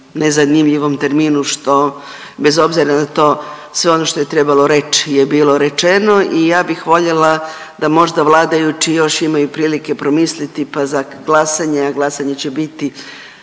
nezanimljivom terminu, što, bez obzira na to, sve ono što je trebalo reći je bilo rečeno i ja bih voljela da možda vladajući još imaju prilike promisliti pa za glasanje, a glasanje će biti,